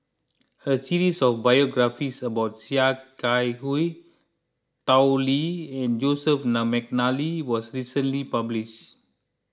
a series of biographies about Sia Kah Hui Tao Li and Joseph McNally was recently published